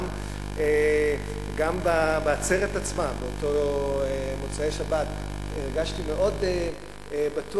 גם בעצרת עצמה במוצאי שבת הרגשתי מאוד בטוח.